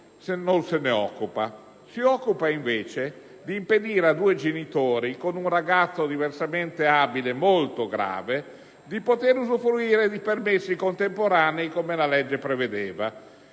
non se ne occupa; si occupa, invece, di impedire a due genitori, con un ragazzo diversamente abile molto grave, di poter usufruire di permessi contemporanei, come la legge prevedeva.